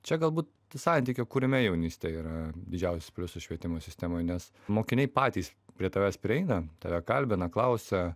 čia galbūt santykio kūrime jaunystė yra didžiausias pliusas švietimo sistemoj nes mokiniai patys prie tavęs prieina tave kalbina klausia